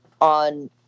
on